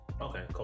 okay